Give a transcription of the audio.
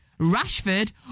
Rashford